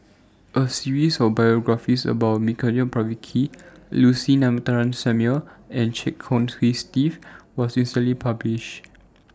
A series of biographies about Milenko Prvacki Lucy Ratnammah Samuel and Chia Kiah Hong Steve was recently published